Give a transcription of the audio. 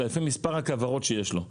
אלא לפי מספר הכוורות שיש לו.